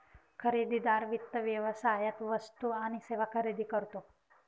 खरेदीदार वित्त व्यवसायात वस्तू आणि सेवा खरेदी करतो